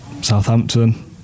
Southampton